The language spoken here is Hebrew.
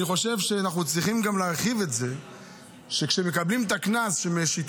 אני חושב שאנחנו צריכים גם להרחיב את זה שכשמשיתים את הקנס,